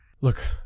Look